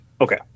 Okay